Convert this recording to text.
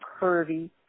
curvy